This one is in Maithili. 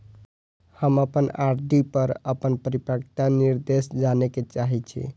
हम अपन आर.डी पर अपन परिपक्वता निर्देश जाने के चाहि छी